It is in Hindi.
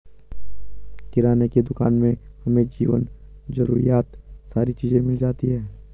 किराने की दुकान में हमें जीवन जरूरियात सारी चीज़े मिल जाती है